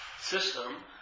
system